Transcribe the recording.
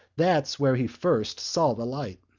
that's where he first saw the light.